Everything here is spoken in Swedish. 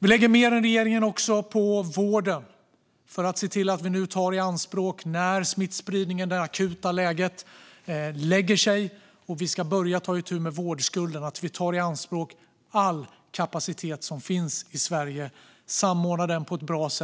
Vi lägger också mer än regeringen på vården för att se till att vi när smittspridningen, det här akuta läget, lägger sig och vi ska börja ta itu med vårdskulden tar all kapacitet som finns i Sverige i anspråk och samordnar den på ett bra sätt